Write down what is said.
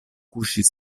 kuŝis